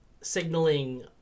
signaling